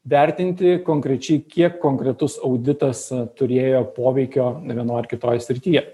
vertinti konkrečiai kiek konkretus auditas turėjo poveikio vienoj ar kitoj srityje